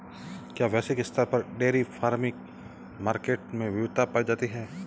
क्या वैश्विक स्तर पर डेयरी फार्मिंग मार्केट में विविधता पाई जाती है?